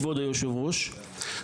כבוד היושב-ראש,